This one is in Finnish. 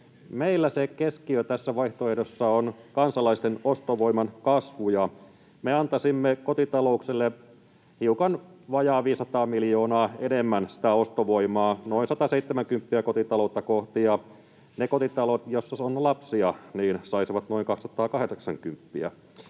Meillä keskiö tässä vaihtoehdossa on kansalaisten ostovoiman kasvu, ja me antaisimme kotitalouksille hiukan vajaa 500 miljoonaa enemmän ostovoimaa, noin 170 euroa kotita-loutta kohti, ja ne kotitaloudet, joissa on lapsia, saisivat noin 280.